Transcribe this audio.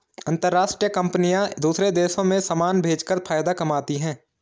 अंतरराष्ट्रीय कंपनियां दूसरे देशों में समान भेजकर फायदा कमाती हैं